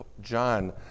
John